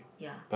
ya